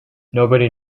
nobody